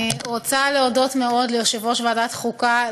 אני רוצה להודות מאוד ליושב-ראש ועדת החוקה,